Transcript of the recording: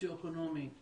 סוציואקונומי קשה,